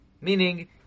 meaning